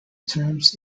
terms